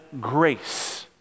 grace